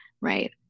right